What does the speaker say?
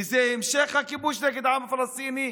וזה המשך הכיבוש נגד העם הפלסטיני,